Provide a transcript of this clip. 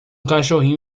cachorrinho